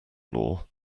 law